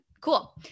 cool